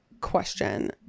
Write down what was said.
question